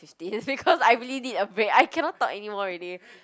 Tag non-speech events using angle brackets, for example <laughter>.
fifteen <laughs> because I really need a break I cannot talk anymore already